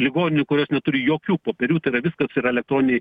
ligoninių kurios neturi jokių popierių tai yra viskas yra elektroninėj